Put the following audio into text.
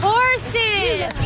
Horses